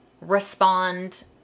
respond